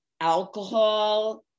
alcohol